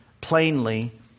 plainly